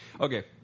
Okay